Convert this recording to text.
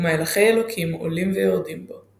ומלאכי אלוהים עולים ויורדים בו.